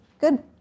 good